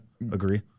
agree